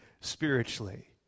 spiritually